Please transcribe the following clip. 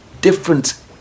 different